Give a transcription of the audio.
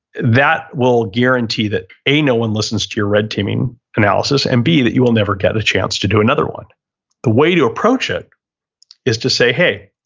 that will guarantee that a, no one listens to your red teaming analysis and b, that you will never get a chance to do another one the way to approach it is to say, hey,